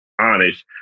honest